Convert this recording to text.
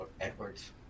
Edwards